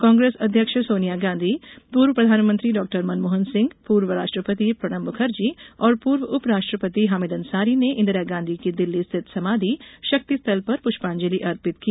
कांग्रेस अध्यक्ष सोनिया गांधी पूर्व प्रधानमंत्री डॉक्टर मनमोहन सिंह पूर्व राष्ट्रपति प्रणब मुखर्जी और पूर्व उपराष्ट्रपति हामिद अंसारी ने इन्दिरा गांधी की दिल्ली स्थित समाधि शक्ति स्थल पर पुष्पांजलि अर्पित की